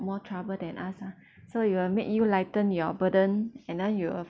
more trouble than us ah so it will make you lighten your burden and then you will